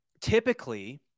typically